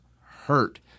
hurt